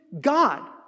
God